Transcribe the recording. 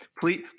please